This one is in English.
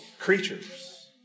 Creatures